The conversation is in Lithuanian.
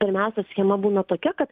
pirmiausia schema būna tokia kad